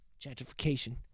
Gentrification